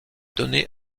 donné